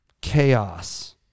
chaos